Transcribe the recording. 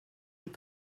des